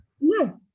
No